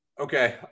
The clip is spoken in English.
Okay